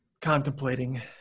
contemplating